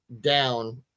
down